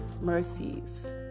mercies